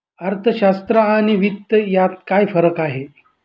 अर्थशास्त्र आणि वित्त यात काय फरक आहे